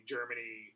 Germany